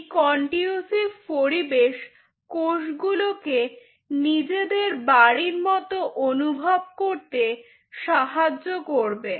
এই conducive পরিবেশ কোষগুলিকে নিজেদের বাড়ির মত অনুভব করতে সাহায্য করবে